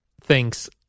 ...thinks